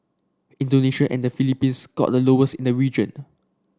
Indonesia and the Philippines scored the lowest in the region